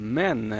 men